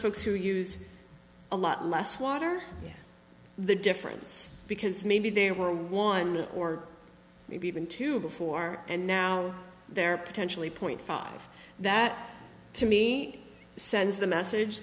folks who use a lot less water the difference because maybe they were one or maybe even two before and now they're potentially point five that to me sends the message